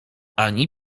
ani